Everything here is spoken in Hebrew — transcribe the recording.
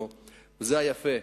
וזה היפה,